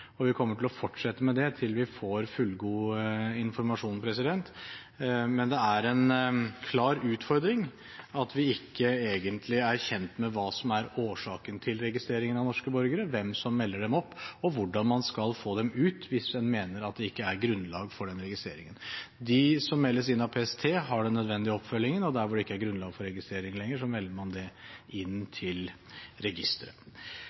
og vi kommer til å fortsette med det til vi får fullgod informasjon. Men det er en klar utfordring at vi egentlig ikke er kjent med hva som er årsaken til registreringen av norske borgere, hvem som melder dem inn, og hvordan man skal få dem ut hvis en mener det ikke er grunnlag for den registreringen. De som meldes inn av PST, har den nødvendige oppfølgingen, og der hvor det ikke er grunnlag for registrering lenger, melder man det inn til registeret.